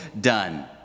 done